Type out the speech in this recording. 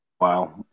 Wow